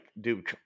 dude